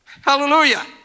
Hallelujah